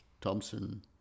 Thompson